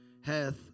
hath